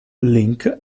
link